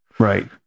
Right